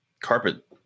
carpet